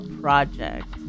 project